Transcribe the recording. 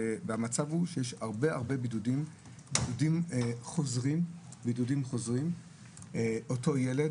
המצב הוא שיש הרבה בידודים ויש בעידודים חוזרים של אותו ילד.